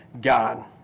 God